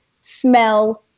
smell